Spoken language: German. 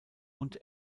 und